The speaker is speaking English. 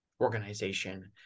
organization